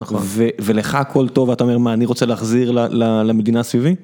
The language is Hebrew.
ולך הכל טוב, ואתה אומר מה, אני רוצה להחזיר למדינה סביבי?